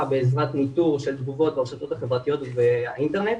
בעזרת ניטור של תגובות ברשתות החברתיות והאינטרנט.